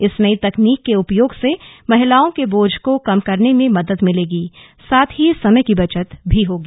इस नई तकनीक के उपयोग से महिलाओं के बोझ को कम करने में मदद मिलेगी साथ ही समय की बचत भी होगी